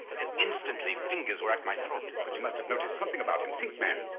and instantly fingers were at my throat. but you must have noticed something about him. think man.